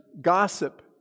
gossip